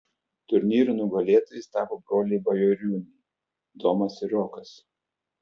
turnyro nugalėtojais tapo broliai bajoriūnai domas ir rokas